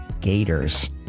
gators